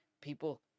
people